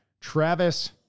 Travis